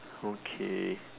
okay